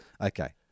Okay